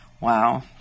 Wow